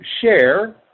share